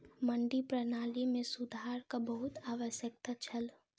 मंडी प्रणाली मे सुधारक बहुत आवश्यकता छल